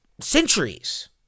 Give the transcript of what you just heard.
centuries